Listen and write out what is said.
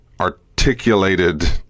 articulated